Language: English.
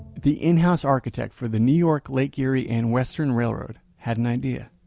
the in-house architect for the new york lake erie and western railroad had an idea.